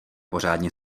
pořádně